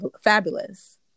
fabulous